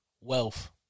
Wealth